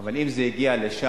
אבל אם זה הגיע לשם,